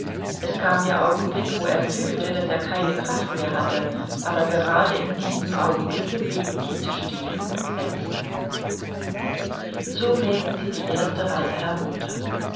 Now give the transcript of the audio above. es kam der augenblick wo er fühlte daß er keine kraft mehr hatte aber gerade in diesem augenblicke blieb tit stehen und wetzte so mähten sie die erste reihe herunter